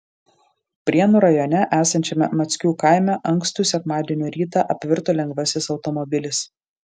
prienų rajone esančiame mackių kaime ankstų sekmadienio rytą apvirto lengvasis automobilis